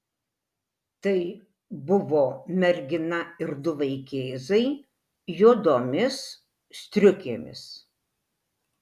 tai buvo mergina ir du vaikėzai juodomis striukėmis